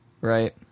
Right